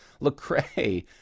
Lecrae